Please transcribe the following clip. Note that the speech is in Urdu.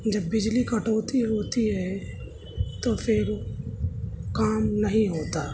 جب بجلی کٹوتی ہوتی ہے تو پھر کام نہیں ہوتا